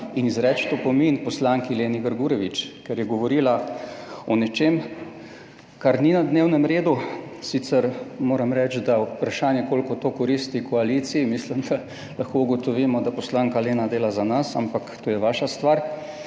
in izreči opomin poslanki Leni Grgurevič, ker je govorila o nečem, kar ni na dnevnem redu. Sicer moram reči, da vprašanje, koliko to koristi koaliciji. Mislim, da lahko ugotovimo, da poslanka Lena dela za nas, ampak to je vaša stvar.